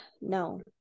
No